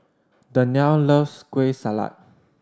Dannielle loves Kueh Salat